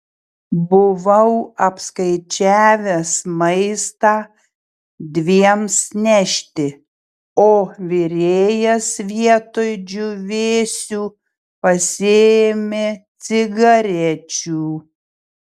buvau apskaičiavęs maistą dviems nešti o virėjas vietoj džiūvėsių pasiėmė cigarečių